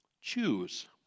Choose